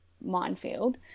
minefield